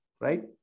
right